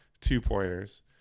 two-pointers